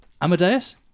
Amadeus